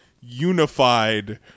unified